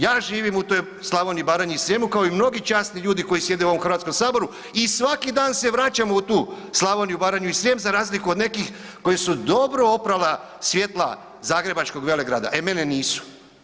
Ja živim u toj Slavoniji, Baranji i Srijemu kao i mnogi časni ljudi koji sjede u ovom Hrvatskom saboru i svaki dan se vraćam u tu Slavoniju, Baranju i Srijem za razliku od nekih koje su dobro oprala svjetla zagrebačkog velegrada, e mene nisu.